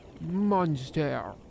monster